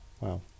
Wow